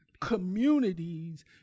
communities